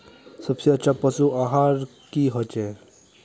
सबसे अच्छा पशु आहार की होचए?